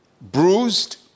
bruised